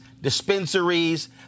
dispensaries